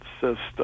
system